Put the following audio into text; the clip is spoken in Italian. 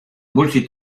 molti